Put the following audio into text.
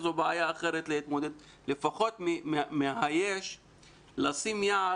לפחות ממה שיש לשים יד